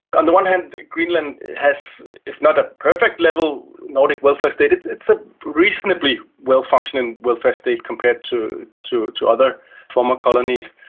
on the one hand greenland has if not a perfect level nordic welfare state, it's it's a reasonably well functioning welfare state compared to to other former colonies.